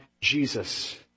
Jesus